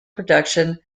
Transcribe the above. production